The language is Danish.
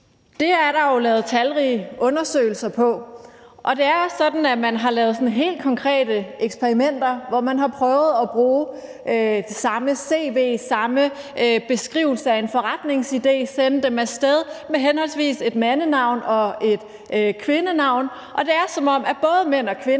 Det er der jo lavet talrige undersøgelser af. Det er også sådan, at man har lavet helt konkrete eksperimenter. Her har man brugt det samme cv, den samme beskrivelse af en forretningsidé og sendt det af sted med henholdsvis et mandenavn og et kvindenavn. Der er det sådan, at både mænd og kvinder